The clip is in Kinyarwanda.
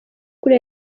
kuri